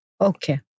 Okay